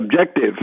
objective